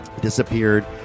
disappeared